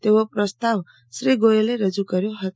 તેવો ઝસ્તાવ શ્રી ગોચલે રજૂ કર્યો હતો